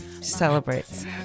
celebrates